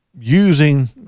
using